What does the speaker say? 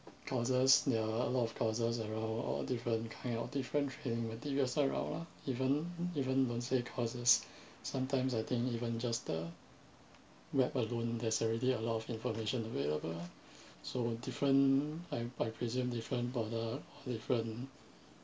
courses there are a lot of courses around all different kind of different training material sign up lah even even you don't say courses sometimes I think even just the web alone there's already a lot of information available ah so different I I presume different of the different